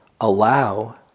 Allow